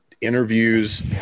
interviews